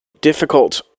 difficult